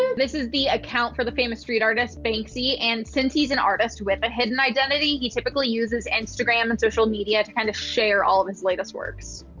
this is the account for the famous street artist banksy. and since he's an artist with a hidden identity, he typically uses instagram and social media to kind of share all of his latest works.